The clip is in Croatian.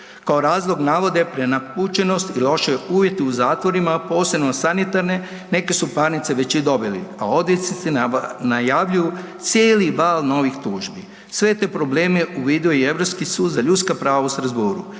Kao razlog navode prenapučenost i loše uvjete u zatvorima, posebno sanitarne. Neke su parnice čak i dobili, a odvjetnici najavljuju cijeli val novih tužbi. Sve te probleme uvidio je i Europski sud za ljudska prava u Strasbourgu